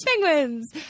Penguins